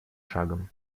шагом